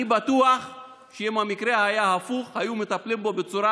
אני בטוח שאם המקרה היה הפוך היו מטפלים בו בצורה